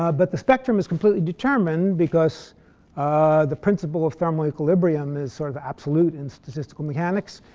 ah but the spectrum is completely determined because the principle of thermal equilibrium is sort of absolute in statistical mechanics.